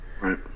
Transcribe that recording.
Right